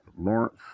Lawrence